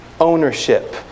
ownership